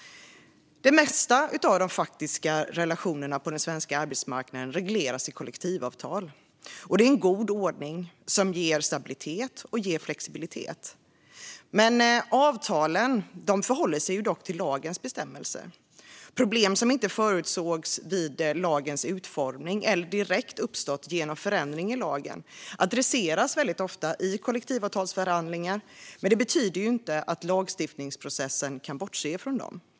Det mesta av de faktiska relationerna på den svenska arbetsmarknaden regleras i kollektivavtal. Detta är en god ordning som ger stabilitet och flexibilitet. Avtalen förhåller sig dock till lagens bestämmelser. Problem som inte förutsågs vid lagens utformning eller som direkt uppstått genom förändringar i lagen adresseras ofta i kollektivavtalsförhandlingar, men det betyder inte att lagstiftningsprocessen kan bortse från dem.